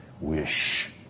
wish